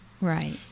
Right